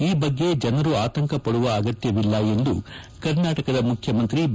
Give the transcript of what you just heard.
ಈ ಬಗ್ಗೆ ಜನರು ಆತಂಕ ಪಡುವ ಅಗತ್ತವಿಲ್ಲ ಎಂದು ಕರ್ನಾಟಕದ ಮುಖ್ಯಮಂತ್ರಿ ಬಿ